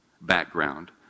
background